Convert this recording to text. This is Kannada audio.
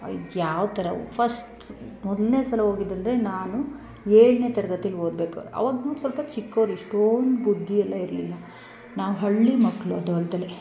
ಅದು ಯಾವ ಥರ ಫಸ್ಟ್ ಸ್ ಮೊದಲ್ನೇ ಸಲ ಹೋಗಿದ್ ಅಂದರೆ ನಾನು ಏಳನೇ ತರಗತೀಲಿ ಓದ್ಬೇಕಾರೆ ಅವಾಗ ಸ್ವಲ್ಪ ಚಿಕ್ಕೋರು ಇಷ್ಟೋಂದು ಬುದ್ದಿ ಎಲ್ಲ ಇರಲಿಲ್ಲ ನಾವು ಹಳ್ಳಿ ಮಕ್ಕಳು ಅದು ಅಲ್ದಲೇ